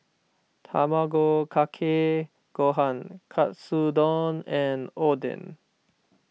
Tamago Kake Gohan Katsudon and Oden